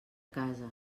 casa